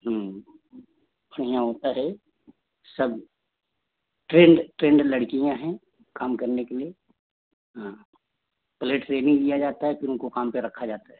यहाँ होता है सब ट्रेंड ट्रेंड लड़कियाँ हैं काम करने के लिए हाँ पहले ट्रेनिंग दिया जाता है फ़िर उनको काम पर रखा जाता है